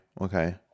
Okay